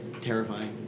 terrifying